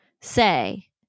say